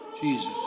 Jesus